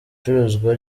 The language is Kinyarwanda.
icuruzwa